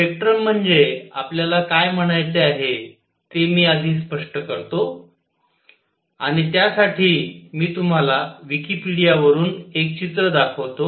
spectrum म्हणजे आपल्याला काय म्हणायचे आहे ते मी आधी स्पष्ट करतो आणि त्यासाठी मी तुम्हाला विकिपीडिया वरून एक चित्र दाखवतो